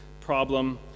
problem